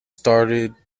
stated